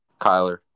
Kyler